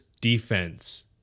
defense